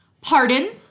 Pardon